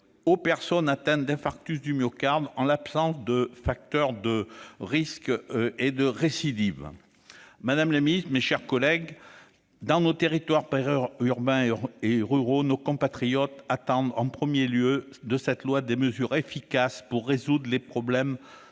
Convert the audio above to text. aux personnes ayant été victimes d'un infarctus du myocarde, en l'absence de facteur de risque de récidive. Mesdames les ministres, mes chers collègues, dans nos territoires périurbains et ruraux, nos compatriotes attendent en premier lieu de cette loi des mesures efficaces pour résoudre les problèmes